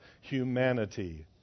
humanity